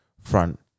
front